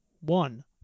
one